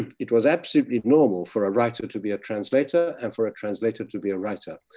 it was absolutely normal for a writer to be a translator and for a translator to be a writer.